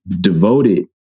devoted